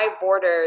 borders